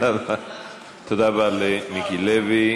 תודה רבה למיקי לוי.